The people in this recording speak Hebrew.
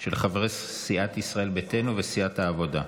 של חברי סיעת ישראל ביתנו וסיעת העבודה.